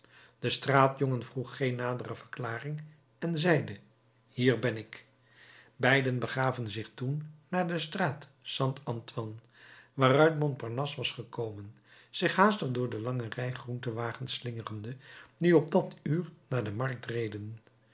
de straatjongen vroeg geen nadere verklaring en zeide hier ben ik beiden begaven zich toen naar de straat st antoine waaruit montparnasse was gekomen zich haastig door de lange rij groentewagens slingerende die op dat uur naar de markt reden